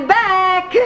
back